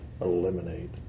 eliminate